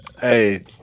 hey